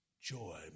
joy